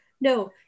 no